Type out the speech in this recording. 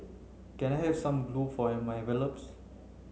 can I have some glue for my envelopes